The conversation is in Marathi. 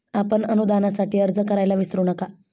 आपण अनुदानासाठी अर्ज करायला विसरू नका